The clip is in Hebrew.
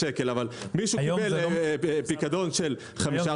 שקל אבל מישהו קיבל על פיקדון 5%,